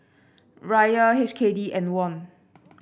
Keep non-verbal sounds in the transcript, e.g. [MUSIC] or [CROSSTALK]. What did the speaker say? Riyal H K D and Won [NOISE]